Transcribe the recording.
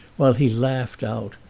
while he laughed out,